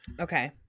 okay